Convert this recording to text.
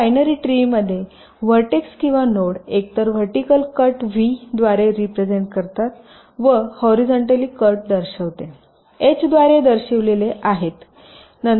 या बायनरी ट्रीमध्ये व्हर्टेक्स किंवा नोड एकतर व्हर्टिकल कट V द्वारे रिप्रेझेन्ट करतात व व हॉरीझॉनटली कट दर्शविते एच द्वारे दर्शविलेले आहे